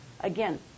Again